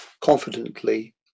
confidently